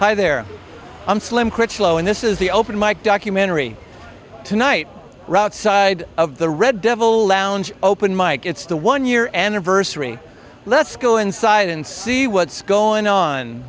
hi there i'm slim critchlow and this is the open mike documentary tonight right side of the red devil lounge open mike it's the one year anniversary let's go inside and see what's going on